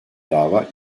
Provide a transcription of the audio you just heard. dava